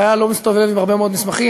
חייל לא מסתובב עם הרבה מאוד מסמכים.